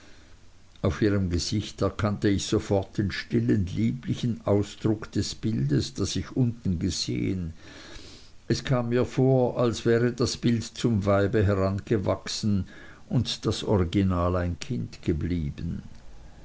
auf ihrem gesicht erkannte ich sofort den stillen lieblichen ausdruck des bildes das ich unten gesehen es kam mir vor als wäre das bild zum weibe herangewachsen und das original ein kind geblieben